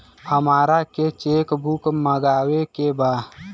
हमारा के cheque book मगावे के बा?